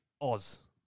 Oz